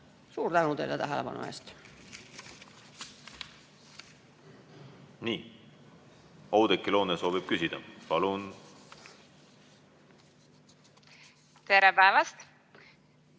Suur tänu teile tähelepanu eest! Nii. Oudekki Loone soovib küsida. Palun! Nii. Oudekki